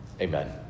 Amen